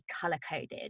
color-coded